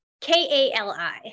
K-A-L-I